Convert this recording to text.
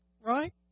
Right